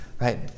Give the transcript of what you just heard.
right